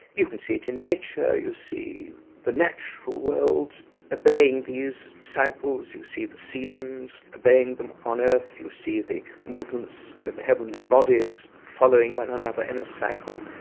you can see it in nature, you see the natural world obeying these cycles, you see the seasons obeying them on earth, you see the movements of the heavenly bodies following one another in a cycle,